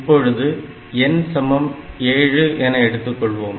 இப்பொழுது n சமம் 7 என்று எடுத்துக்கொள்வோம்